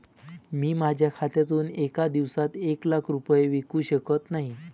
मी माझ्या खात्यातून एका दिवसात एक लाख रुपये विकू शकत नाही